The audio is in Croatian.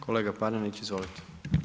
Kolega Panenić, izvolite.